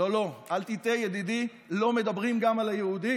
לא, לא, אל תטעה ידידי, לא מדברים גם על היהודים.